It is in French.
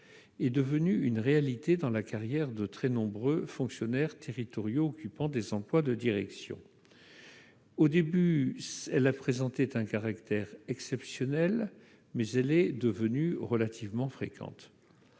est devenue une réalité dans la carrière de très nombreux fonctionnaires territoriaux occupant des emplois de direction. Cette procédure, qui présentait à ses débuts un caractère exceptionnel, est devenue relativement fréquente.